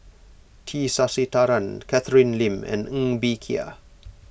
T Sasitharan Catherine Lim and Ng Bee Kia